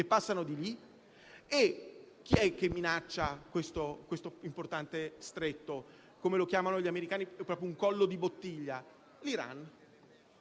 passano di lì e chi è che minaccia questo importante Stretto, come lo chiamano gli americani, collo di bottiglia? L'Iran,